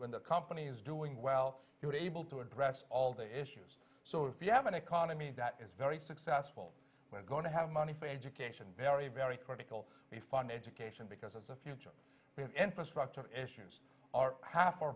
when the company's doing well he was able to address all the issues so if you have an economy that is very successful we're going to have money for education very very critical we fund education because it's a future infrastructure issues are half or